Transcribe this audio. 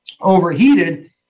overheated